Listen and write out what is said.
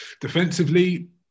defensively